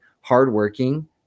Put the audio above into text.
hardworking